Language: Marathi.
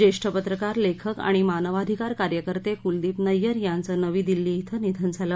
ज्येष्ठ पत्रकार लेखक आणि मानवाधिकार कार्यकर्ते कुलदीप नय्यर यांचं नवी दिल्ली छिं निधन झालं